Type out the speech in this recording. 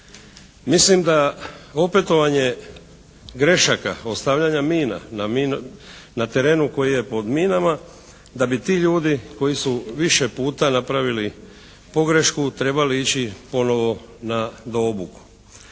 Mislim da opetovanje grešaka, ostavljanja mina na terenu koji je pod minama da bi ti ljudi koji su više puta napravili pogrešku trebali ići ponovo na obuku.